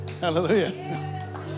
Hallelujah